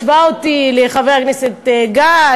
השווה אותי לחבר הכנסת גל,